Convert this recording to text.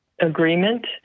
agreement